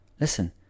Listen